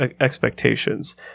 expectations